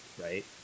right